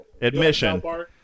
Admission